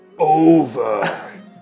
Over